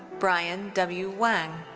brian w. wang.